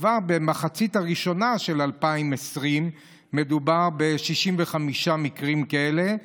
וכבר במחצית הראשונה של 2020 מדובר ב-65 מקרים כאלה,